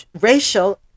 racial